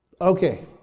okay